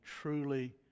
truly